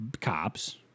cops